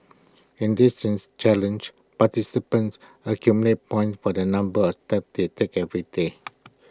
in this things challenge participants accumulate points for the number of steps they take every day